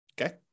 Okay